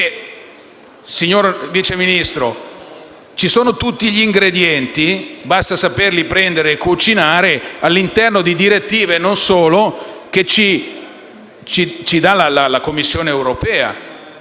moderna. Signor Vice Ministro, ci sono tutti gli ingredienti: basta saperli usare e cucinare, all'interno delle direttive - e non solo - che ci dà la Commissione europea.